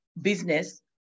business